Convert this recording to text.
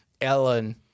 Ellen